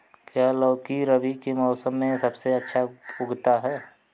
क्या लौकी रबी के मौसम में सबसे अच्छा उगता है?